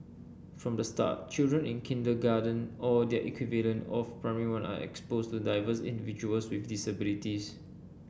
from the start children in kindergarten or their equivalent of Primary One are exposed to diverse individuals with disabilities